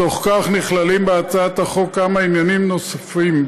בתוך כך נכללים בהצעת החוק כמה עניינים נוספים,